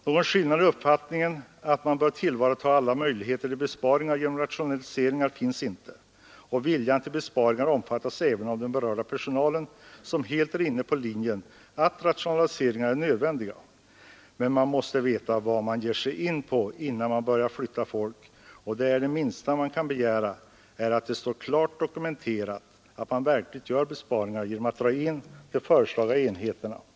Någon skillnad i uppfattningen att man bör tillvarata alla möjligheter till besparingar genom rationaliseringar finns ej, och viljan till besparingar omfattas även av den berörda personalen, som helt är inne på linjen att rationaliseringar är nödvändiga. Men det gäller att veta vad man ger sig in på innan man börjar flytta folk. Det minsta man kan begära är att det står klart dokumenterat att besparingar verkligen görs genom att de föreslagna enheterna dras in.